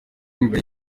mbere